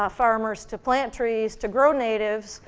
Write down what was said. ah farmers to plant trees, to grow natives,